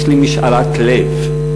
יש לי משאלת לב,